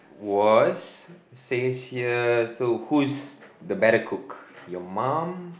was six years so who's the better cook your mom